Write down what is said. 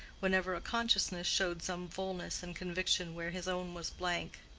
whenever a consciousness showed some fullness and conviction where his own was blank.